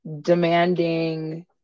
demanding